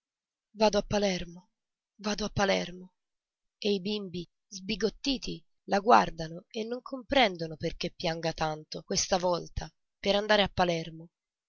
vado a palermo vado a palermo e i bimbi sbigottiti la guardano e non comprendono perché pianga tanto questa volta per andare a palermo